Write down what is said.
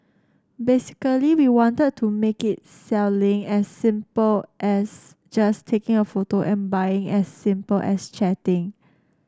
basically we wanted to make it selling as simple as just taking a photo and buying as simple as chatting